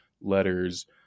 letters